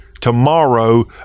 tomorrow